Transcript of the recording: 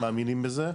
אנחנו מאמינים בזה,